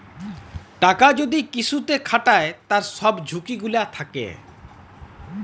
টাকা যদি কিসুতে খাটায় তার সব ঝুকি গুলা থাক্যে